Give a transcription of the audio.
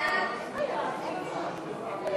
את הצעת חוק הכנסת (תיקון מס'